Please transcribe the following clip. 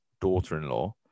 daughter-in-law